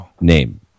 name